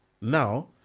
Now